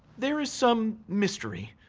there is some mystery.